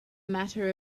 matter